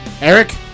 Eric